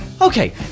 Okay